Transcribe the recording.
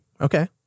Okay